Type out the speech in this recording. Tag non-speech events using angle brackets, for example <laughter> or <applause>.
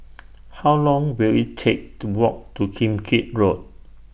<noise> How Long Will IT Take to Walk to Kim Keat Road